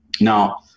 Now